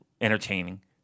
entertaining